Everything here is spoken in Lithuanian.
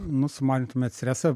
nu sumanintumėt stresą